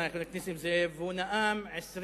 והוא נאם 23